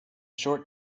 short